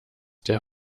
der